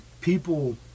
people